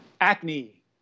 Acne